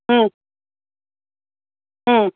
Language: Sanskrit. ह्म् ह्म्